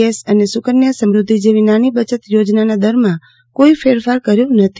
S અને સુકન્યા સમ્રધ્ધિ જેવી નાની બચત યોજનાના દરમાં કોઈ ફેરફાર કર્યા નથી